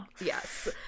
Yes